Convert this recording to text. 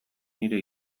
nire